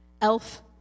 Elf